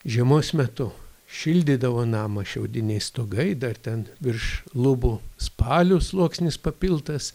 žiemos metu šildydavo namą šiaudiniai stogai dar ten virš lubų spalių sluoksnis papiltas